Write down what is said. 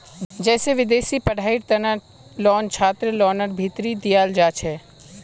जैसे विदेशी पढ़ाईयेर तना लोन छात्रलोनर भीतरी दियाल जाछे